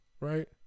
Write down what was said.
Right